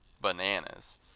Bananas